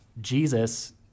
Jesus